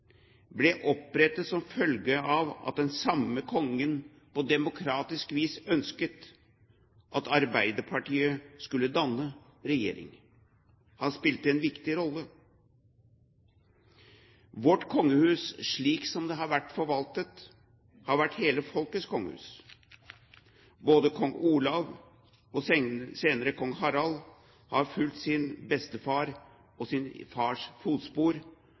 ble opprettet som følge av at den samme kongen på demokratisk vis ønsket at Arbeiderpartiet skulle danne regjering. Han spilte en viktig rolle. Vårt kongehus, slik som det har vært forvaltet, har vært hele folkets kongehus. Både kong Olav, og senere kong Harald, har fulgt i sin fars og sin bestefars fotspor,